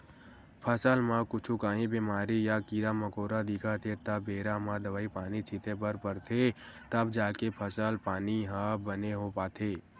फसल म कुछु काही बेमारी या कीरा मकोरा दिखत हे त बेरा म दवई पानी छिते बर परथे तब जाके फसल पानी ह बने हो पाथे